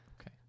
Okay